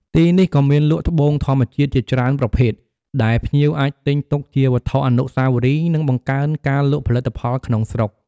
ទីនេះក៏មានលក់ត្បូងធម្មជាតិជាច្រើនប្រភេទ ដែលភ្ញៀវអាចទិញទុកជាវត្ថុអនុស្សាវរីយ៍ និងបង្កើនការលក់ផលិតផលក្នុងស្រុក។